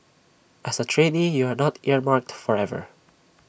as A trainee you are not earmarked forever